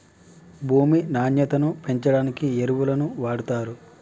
భూమి నాణ్యతను పెంచడానికి ఎరువులను వాడుతారు